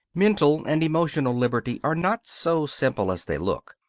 mental and emotional liberty are not so simple as they look.